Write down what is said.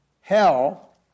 Hell